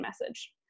message